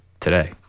today